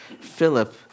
Philip